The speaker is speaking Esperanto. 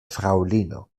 fraŭlino